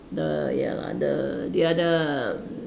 the ya lah the the other